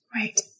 Right